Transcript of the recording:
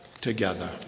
together